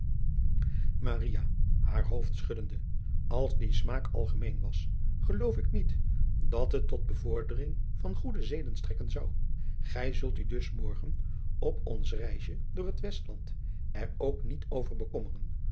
ls die smaak algemeen was geloof ik niet dat het tot bevordering van goede zeden strekken zou ij zult u dus morgen op ons reisje door het estland er ook niet over